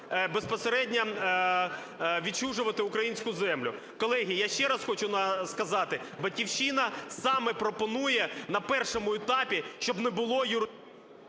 безпосередньо відчужувати українську землю. Колеги, я ще раз хочу сказати, "Батьківщина" саме пропонує на першому етапі, щоб не було…